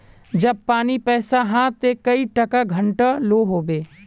जब पानी पैसा हाँ ते कई टका घंटा लो होबे?